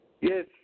Yes